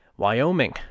Wyoming